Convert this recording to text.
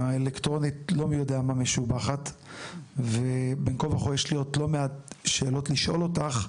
האלקטרונית לא משובחת ובין כה וכה יש לי עוד לא מעט שאלות לשאול אותך,